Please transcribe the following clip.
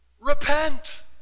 Repent